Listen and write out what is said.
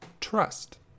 Trust